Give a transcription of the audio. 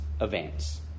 events